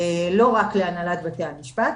לא רק להנהלת בתי המשפט,